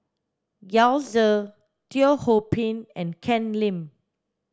Yao Zi Teo Ho Pin and Ken Lim